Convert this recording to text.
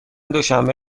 دوشنبه